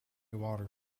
water